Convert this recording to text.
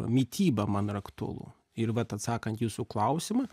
mityba man yra aktualu ir vat atsakant jūsų klausimą